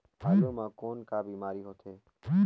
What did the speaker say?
आलू म कौन का बीमारी होथे?